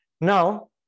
Now